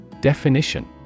Definition